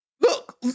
Look